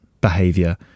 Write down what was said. behavior